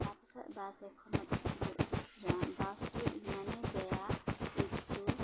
তাৰপিছত বাছ এখনত উঠিলোঁ ইছ্ ৰাম বাছটো ইমানেই বেয়া চিটটো